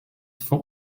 for